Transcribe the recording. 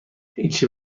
هیچی